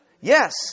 Yes